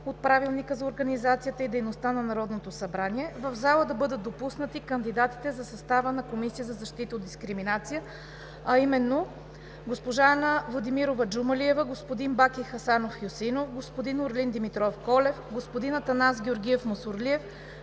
от Правилника за организацията и дейността на Народното събрание в залата да бъдат допуснати кандидатите за състава на Комисията за защита от дискриминация: г-жа Анна Владимирова Джумалиева, г-н Баки Хасанов Хюсеинов, г-н Орлин Димитров Колев, г-н Атанас Георгиев Мусорлиев,